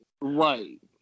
Right